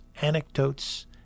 anecdotes